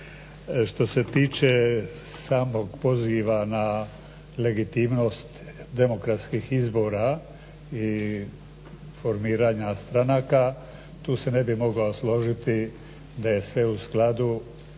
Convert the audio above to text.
Što se tiče samog poziva na legitimnost demokratskih izbora i formiranja stranaka, tu se ne bih mogao složiti da je sve u skladu